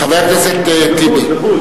חבר הכנסת טיבי.